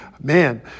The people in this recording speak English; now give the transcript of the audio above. Man